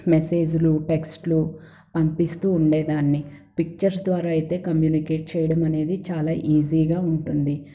మెసేజ్లు టెక్స్ట్లు పంపిస్తూ ఉండేదాన్ని పిక్చర్స్ ద్వారా అయితే కమ్యూనికేట్ చేయడం అనేది చాలా ఈజీగా ఉంటుంది